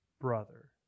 brother